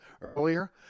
earlier